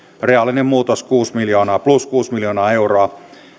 reaalinen muutos plus kuusi miljoonaa euroa